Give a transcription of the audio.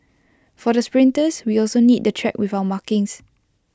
for the sprinters we also need the track with our markings